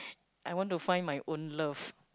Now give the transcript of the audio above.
I want to find my own love